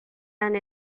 and